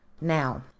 now